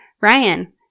Ryan